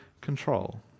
control